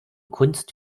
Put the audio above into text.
kunst